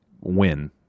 win